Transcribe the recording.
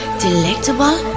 delectable